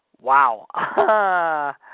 Wow